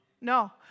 No